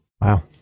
Wow